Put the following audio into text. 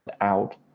out